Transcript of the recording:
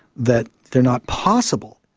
that they are not possible.